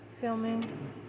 Filming